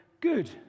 good